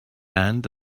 and